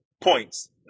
points